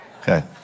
Okay